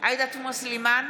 עאידה תומא סלימאן,